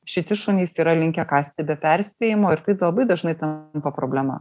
šiti šunys yra linkę kąsti be perspėjimo ir tai labai dažnai tampa problema